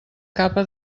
capa